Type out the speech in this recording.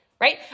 Right